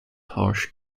harsh